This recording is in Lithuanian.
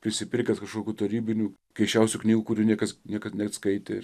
prisipirkęs kažkokių tarybinių keisčiausių knygų kurių niekas niekad neatskaitė